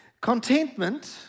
contentment